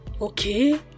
Okay